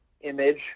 image